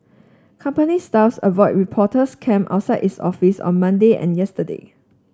company staffs avoided reporters camped outside its office on Monday and yesterday